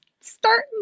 starting